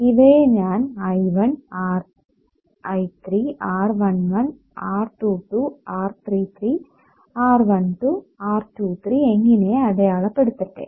ഇവയെ ഞാൻ I1 I3 R11 R22 R33 R12 R23 എന്നിങ്ങനെ അടയാളപ്പെടുത്തട്ടെ